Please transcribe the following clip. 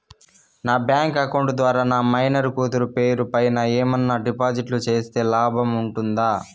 నా bank account ద్వారా నా మైనర్ కూతురు పేరు పైన ఏమన్నా డిపాజిట్లు సేస్తే లాభం ఉంటుందా?